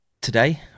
Today